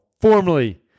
formerly